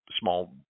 small